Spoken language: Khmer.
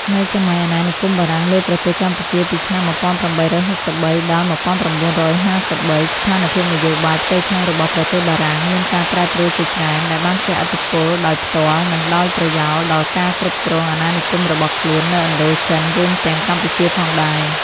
នៅសម័យអាណានិគមបារាំងលើប្រទេសកម្ពុជា ពីឆ្នាំ ១៨៦៣ ដល់ ១៩៥៣ ស្ថានភាពនយោបាយផ្ទៃក្នុងរបស់ប្រទេសបារាំងមានការប្រែប្រួលជាច្រើន ដែលបានជះឥទ្ធិពលដោយផ្ទាល់ និងដោយប្រយោលដល់ការគ្រប់គ្រងអាណានិគមរបស់ខ្លួននៅឥណ្ឌូចិន រួមទាំងកម្ពុជាផងដែរ។